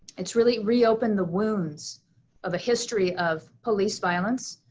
it's really reopened the wounds of a history of police violence,